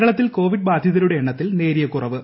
കേരളത്തിൽ കോവീഡ് ബാധിതരുടെ എണ്ണത്തിൽ നേരിയ ന് കുറവ്